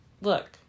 look